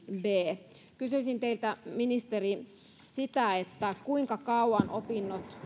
b pykälässä kysyisin teiltä ministeri kuinka kauan opinnot